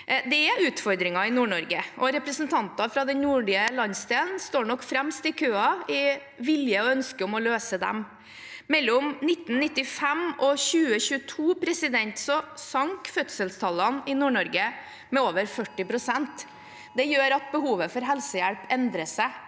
Det er utfordringer i Nord-Norge, og representanter fra den nordlige landsdelen står nok fremst i køen med vilje og ønske om å løse dem. Mellom 1995 og 2022 sank fødselstallene i Nord-Norge med over 40 pst. Det gjør at behovet for helsehjelp endrer seg.